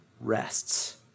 rests